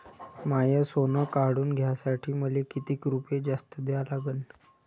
माय सोनं काढून घ्यासाठी मले कितीक रुपये जास्त द्या लागन?